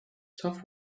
tough